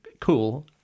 cool